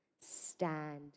stand